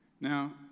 Now